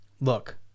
look